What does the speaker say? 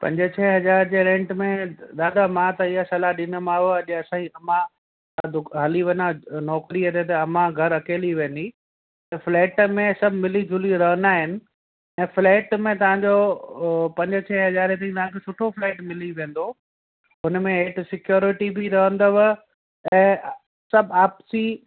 पंज छह हज़ार जे रेंट में दादा मां त इहा सलाहु ॾींदोमाव अॼु असांई अम्मा तां दु हली वेंदा नौकिरीअ ते त अम्मा घरु अकेली विहंदी त फ़्लेट में सभु मिली झुली रहंदा आहिनि त फ़िलेट में तव्हांजो ओ पंजे छहें हज़ारे ताईं तव्हांखे सुठो फ़िलेट मिली वेंदो हुनमें हेठि सिक्योरिटी बि रहंदव ऐं सभु आपिसी